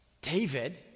David